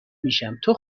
میشم، تو